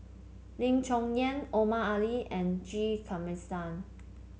Lim Chong Yah Omar Ali and G Kandasamy